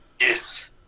Yes